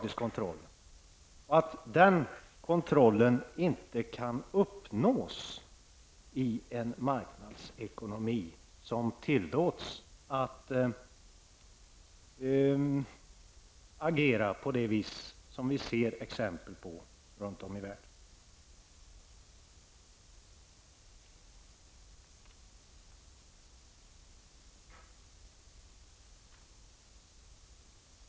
Den kontrollen menar jag inte kan uppnås i en marknadsekonomi som tillåts agera på det sätt som vi ser exempel på runt om i världen.